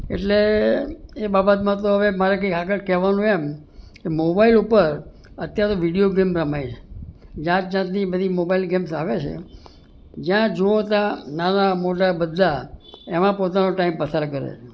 એટલે એ બાબતમાં તો હવે મારે કંઈ આગળ કહેવાનું એમ કે મોબાઇલ ઉપર અત્યારે તો વિડિઓ ગેમ રમાય છે જાત જાતની બધી મોબાઇલ ગેમ્સ આવે છે જ્યાં જુઓ ત્યાં નાના મોટા બધા એમાં પોતાનો ટાઈમ પસાર કરે છે